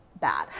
bad